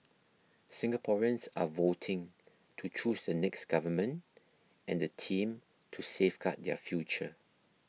Singaporeans are voting to choose the next government and the team to safeguard their future